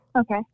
Okay